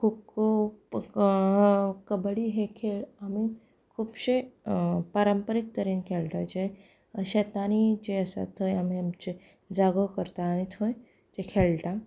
खो खो कबड्डी हे खेळ आमीं खुबशें पारंपारीक तरेन खेळटात जें शेतांनी जें आसा थंय आमीं आमचो जागो करता आनी थंय ते खेळटा